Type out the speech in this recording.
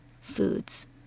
foods